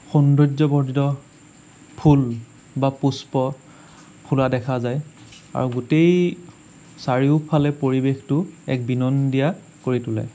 সৌন্দৰ্য বৰ্ধিত ফুল বা পুষ্প ফুলা দেখা যায় আৰু গোটেই চাৰিওফালে পৰিৱেশটো এক বিনন্দীয়া কৰি তোলে